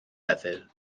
heddiw